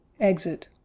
Exit